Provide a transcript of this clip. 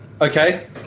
Okay